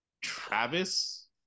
Travis